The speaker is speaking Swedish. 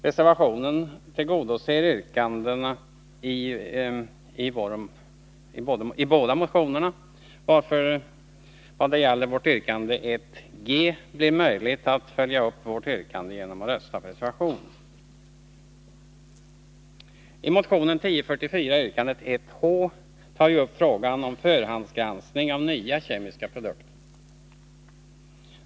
Reservationen tillgodoser yrkandena i båda motionerna varför det, vad gäller vårt yrkande 1 g, blir möjligt att följa upp vårt yrkande genom att rösta på reservationen. I motionen 1044, yrkande 1 h, tar vi upp frågan om förhandsgranskning av nya kemiska produkter.